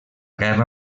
guerra